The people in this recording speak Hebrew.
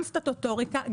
גם סטטוטוריקה,